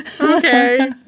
okay